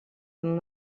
amb